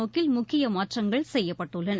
நோக்கில் முக்கிய மாற்றங்கள் செய்யப்பட்டுள்ளன